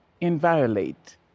inviolate